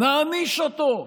נעניש אותו,